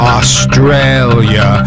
Australia